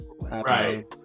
Right